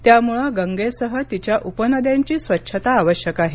त्यामुळे गंगेसह तिच्या उपनद्यांची स्वच्छता आवश्यक आहे